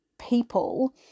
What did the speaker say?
people